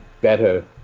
Better